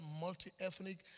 multi-ethnic